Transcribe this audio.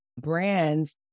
brands